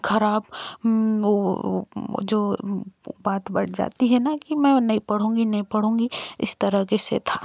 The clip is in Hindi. खराब वो जो बात बढ़ जाती है ना कि मैं नहीं पढ़ूंगी नहीं पढ़ूंगी इस तरह से था